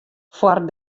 foar